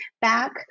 back